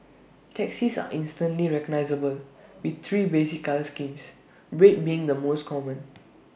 taxis are instantly recognisable with three basic colour schemes red being the most common